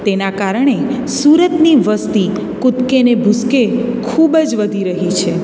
તેના કારણે સુરતની વસ્તી કૂદકે ને ભૂસકે ખૂબ જ વધી રહી છે